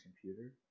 computer